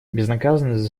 безнаказанность